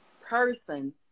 person